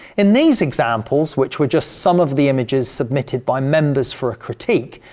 in these examples which were just some of the images submitted by members for a critique,